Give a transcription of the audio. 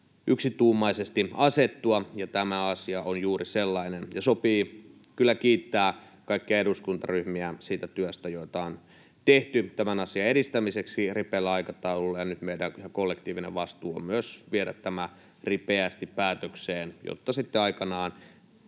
yksituumaisesti asettua, ja tämä asia on juuri sellainen. Sopii kyllä kiittää kaikkia eduskuntaryhmiä siitä työstä, jota on tehty tämän asian edistämiseksi ja ripeällä aikataululla. Nyt meidän ihan kollektiivinen vastuu on myös viedä tämä ripeästi päätökseen, jotta sitten aikanaan